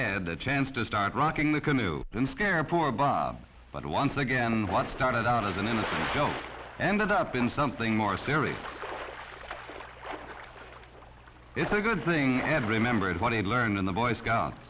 ed the chance to start rocking the canoe and scare poor bob but once again what started out as an image ended up in something more serious it's a good thing i had remembered what i had learned in the boy scouts